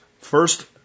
first